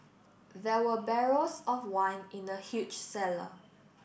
there were barrels of wine in the huge cellar